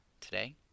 today